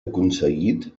aconseguit